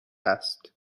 است